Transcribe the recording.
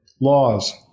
Laws